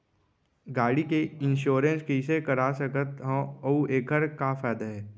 गाड़ी के इन्श्योरेन्स कइसे करा सकत हवं अऊ एखर का फायदा हे?